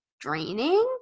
draining